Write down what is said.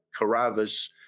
Caravas